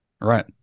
Right